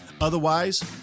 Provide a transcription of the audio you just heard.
Otherwise